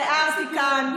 תיארתי כאן,